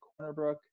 Cornerbrook